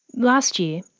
last year,